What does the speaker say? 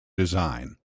design